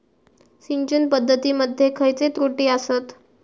सिंचन पद्धती मध्ये खयचे त्रुटी आसत?